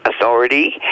Authority